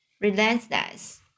relentless